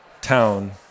town